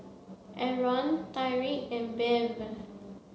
Aron Tyriq and Bev